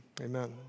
Amen